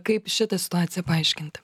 kaip šitą situaciją paaiškinti